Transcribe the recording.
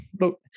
Look